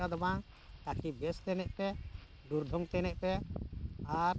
ᱚᱱᱠᱟ ᱫᱚ ᱵᱟᱝ ᱛᱟᱠᱤ ᱵᱮᱥ ᱛᱮ ᱮᱱᱮᱡ ᱯᱮ ᱫᱩᱨ ᱰᱷᱚᱝ ᱛᱮ ᱮᱱᱮᱡ ᱯᱮ ᱟᱨ